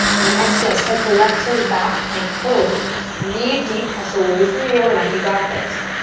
then exhale, step the left toes back. plank pose. breathe deep. press away from your yoga mat. you got this.